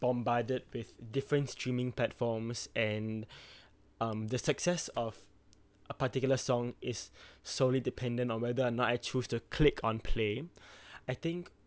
bombarded with different streaming platforms and um the success of a particular song is solely dependant on whether or not I choose to click on play I think